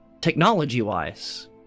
Technology-wise